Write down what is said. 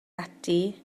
ati